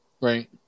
Right